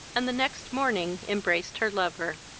and the next morning embraced her lover.